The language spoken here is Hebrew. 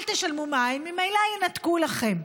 אל תשלמו מים, ממילא ינתקו לכם.